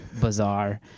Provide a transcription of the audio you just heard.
bizarre